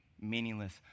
meaningless